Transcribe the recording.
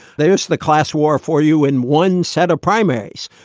there's the class war for you and one set of primaries.